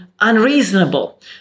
unreasonable